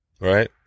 Right